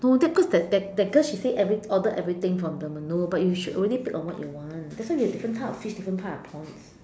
no that cause that that that girl she said every~ order everything from the menu but you should already pick on what you want that's why we have different type of fish different type of prawns